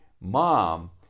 mom